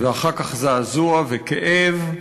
ואחר כך זעזוע וכאב,